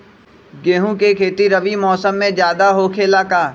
गेंहू के खेती रबी मौसम में ज्यादा होखेला का?